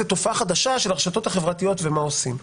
זו תופעה חדשה של הרשתות החברתיות ומה עושים?